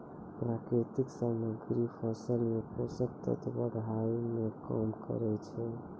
प्राकृतिक सामग्री फसल मे पोषक तत्व बढ़ाय में काम करै छै